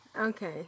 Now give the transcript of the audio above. Okay